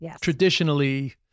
traditionally